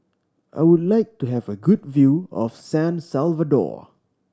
I would like to have a good view of San Salvador